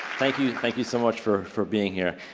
thank you. thank you so much for for being here.